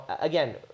again